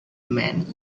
man